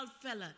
Fella